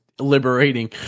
liberating